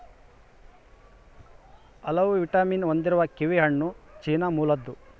ಹಲವು ವಿಟಮಿನ್ ಹೊಂದಿರುವ ಕಿವಿಹಣ್ಣು ಚೀನಾ ಮೂಲದ್ದು